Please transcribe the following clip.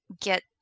get